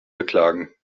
beklagen